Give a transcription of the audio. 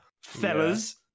fellas